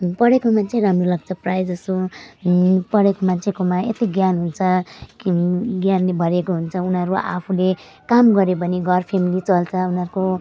पढेको मान्छे राम्रो लाग्छ प्रायःजसो पढेको मान्छेकोमा यति ज्ञान हुन्छ कि ज्ञानले भरिएको हुन्छ उनीहरू आफूले काम गरे भने घर फ्यामिली चल्छ उनीहरूको